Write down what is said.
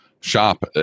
Shop